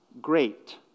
great